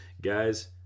guys